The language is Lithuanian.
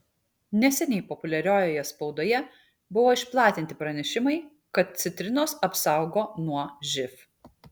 neseniai populiariojoje spaudoje buvo išplatinti pranešimai kad citrinos apsaugo nuo živ